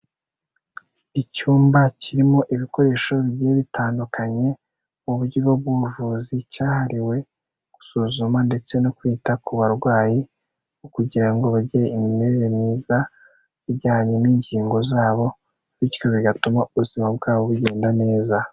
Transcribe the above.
Icyumba kirimo ibikoresho bigiye bitandukanye mu buryo bw'ubuvuzi, cyahariwe gusuzuma ndetse no kwita ku barwayi kugira ngo bagire imimerere myiza ijyanye n'ingingo zabo, bityo bigatuma ubuzima bwabo bugenda neza.